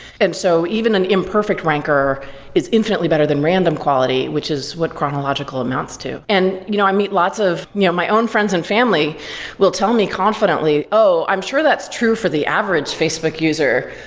and so even an imperfect rancor is infinitely better than random quality, which is what chronological amounts to. and you know i meet lots of you know my own friends and family will tell me confidently, oh, i'm sure that's true for the average facebook user,